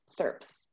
serps